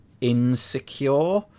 insecure